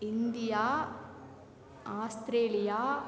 India Australia